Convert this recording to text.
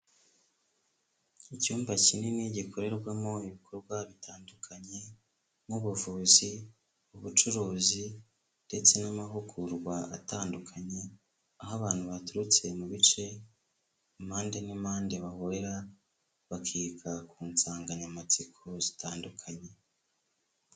Icyumba kinini gikorerwamo ibikorwa bitandukanye nk'ubuvuzi, ubucuruzi ndetse n'amahugurwa atandukanye, aho abantu baturutse mu bice, impande n'impande, bahurira bakiga ku nsanganyamatsiko zitandukanye.